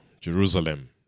Jerusalem